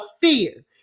fear